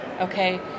okay